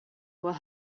will